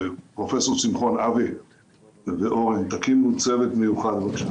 פרופ' שמחון ואורון תקימו צוות מיוחד, בבקשה.